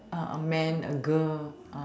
ah a man a girl uh